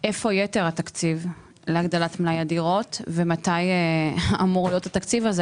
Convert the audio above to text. יתר התקציב להגדלת מלאי הדירות ומתי אמור להיות התקציב הזה.